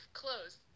clothes